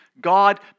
God